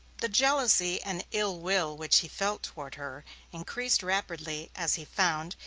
the jealousy and ill will which he felt toward her increased rapidly as he found,